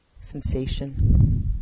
sensation